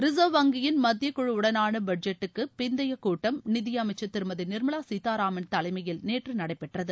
reserve வங்கியின் மத்திய குழு உடனான பட்ஜெட்டுக்கு பிந்தைய கூட்டம் நிதியமைச்சர் திருமதி நிர்மலா சீதாராமன் தலைமையில் நேற்று நடைபெற்றது